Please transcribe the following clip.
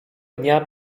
dnia